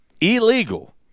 illegal